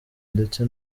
ndetse